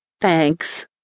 Thanks